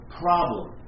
problem